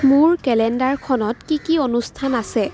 মোৰ কেলেণ্ডাৰখনত কি কি অনুষ্ঠান আছে